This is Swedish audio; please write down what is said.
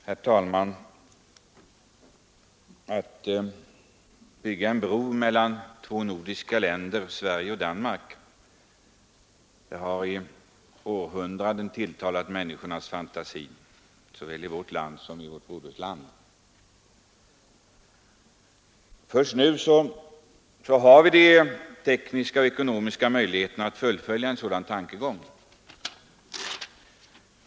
Herr talman! Att bygga en bro mellan de två nordiska länderna Sverige och Danmark har i århundraden tilltalat människornas fantasi såväl i vårt land som i vårt broderland. Först nu har vi både de tekniska och ekonomiska möjligheterna att fullfölja en sådan tankegång.